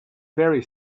very